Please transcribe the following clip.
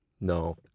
No